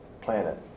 planet